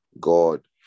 God